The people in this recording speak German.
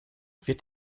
wird